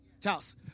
Charles